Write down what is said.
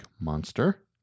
Monster